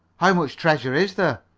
how much treasure is there?